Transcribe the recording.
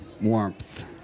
warmth